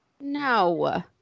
No